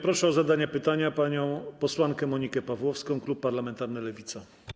Proszę o zadanie pytania panią posłankę Monikę Pawłowską, klub parlamentarny Lewica.